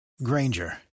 Granger